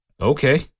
Okay